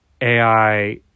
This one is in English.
AI